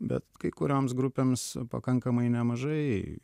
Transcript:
bet kai kurioms grupėms pakankamai nemažai